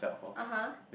(uh huh)